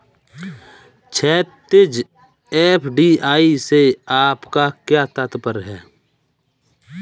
क्षैतिज, एफ.डी.आई से आपका क्या तात्पर्य है?